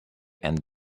and